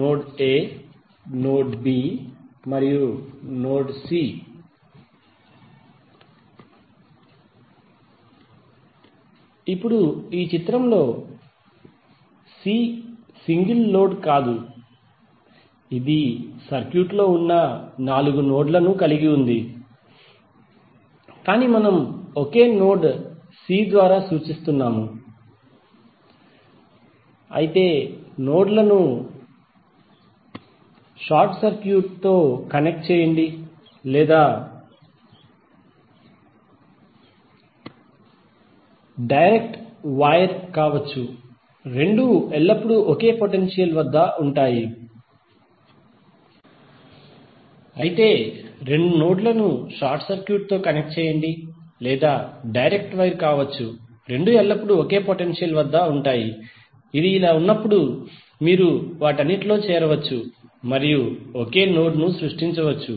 node A node B మరియు node C ఇప్పుడు ఈ చిత్రంలో సి సింగల్ లోడ్ కాదు ఇది సర్క్యూట్లో ఉన్న నాలుగు నోడ్లను కలిగి ఉంది కాని మనము ఒకే నోడ్ సి ద్వారా సూచిస్తున్నాము అయితే రెండు నోడ్లను షార్ట్ సర్క్యూట్ తో కనెక్ట్ చేయండి లేదా డైరెక్ట్ వైర్ కావచ్చు రెండూ ఎల్లప్పుడూ ఒకే పొటెన్షియల్ వద్ద ఉంటాయి ఇది ఇలా ఉన్నప్పుడు మీరు వాటన్నిటిలో చేరవచ్చు మరియు ఒకే నోడ్ ను సృష్టించవచ్చు